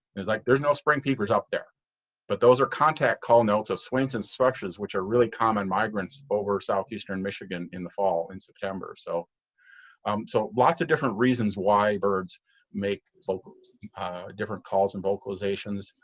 there's like there's no spring peepers up there but those are contact call notes of swainson's thrushes which are really common migrants over southeastern michigan in the fall, in september. so so lots of different reasons why birds make different calls and vocalizations,